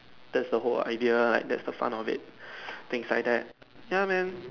that's the whole idea like that's the fun of it things like that ya man